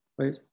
right